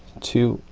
two,